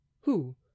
Who